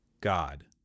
God